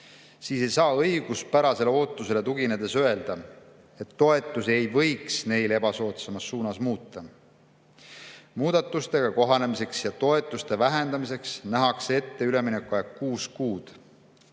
siis ei saa õiguspärasele ootusele tuginedes öelda, et toetusi ei võiks neile ebasoodsas suunas muuta. Muudatustega kohanemiseks ja toetuste vähendamiseks nähakse ette üleminekuaeg kuus kuud,